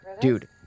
Dude